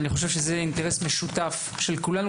אני חושב שזה אינטרס משותף של כולנו,